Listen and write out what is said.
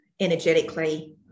energetically